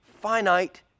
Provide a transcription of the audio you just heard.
finite